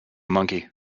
monkey